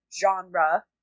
genre